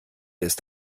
ist